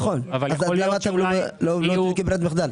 נכון, אז למה אתם לא עושים אותו כברירת מחדל?